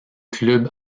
club